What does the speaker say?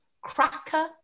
cracker